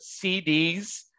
CDs